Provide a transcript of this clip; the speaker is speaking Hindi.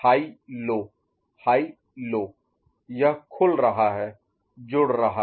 हाई लो ऊँच नीच हाई लो ऊँच नीच यह खुल रहा है जुड़ रहा है